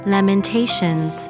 Lamentations